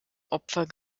opfer